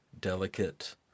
delicate